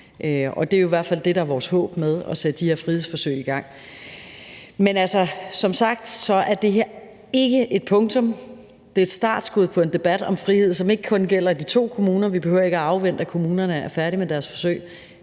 Det er jo i hvert fald det, der er vores håb med at sætte de her frihedsforsøg i gang. Men altså, som sagt er det her ikke et punktum. Det er et startskud på en debat om frihed, som ikke kun gælder to kommuner – vi behøver ikke afvente, at kommunerne er færdige med deres forsøg.